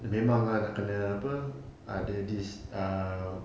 memang ah nak kena apa ada this uh